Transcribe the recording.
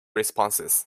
responses